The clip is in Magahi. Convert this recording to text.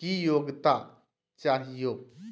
की योग्यता चाहियो?